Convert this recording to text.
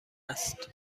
است